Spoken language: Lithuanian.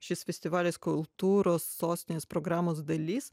šis festivalis kultūros sostinės programos dalis